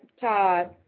Todd